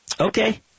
Okay